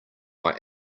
why